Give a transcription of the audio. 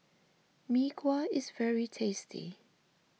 Mee Kuah is very tasty